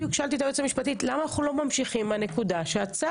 בדיוק שאלתי את היועצת המשפטית למה אנחנו לא ממשיכים מהנקודה שעצרתם?